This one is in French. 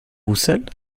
roussel